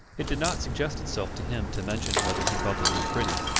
it did not suggest itself to him to mention whether he thought the name pretty.